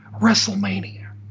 WrestleMania